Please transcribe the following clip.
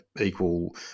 equal